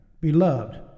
beloved